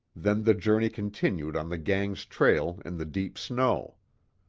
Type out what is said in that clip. then the journey continued on the gang's trail, in the deep snow.